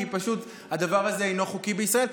כי פשוט הדבר הזה אינו חוקי בישראל.